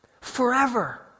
forever